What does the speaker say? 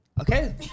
Okay